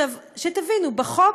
שתבינו, בחוק,